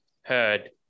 heard